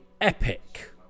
epic